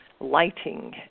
lighting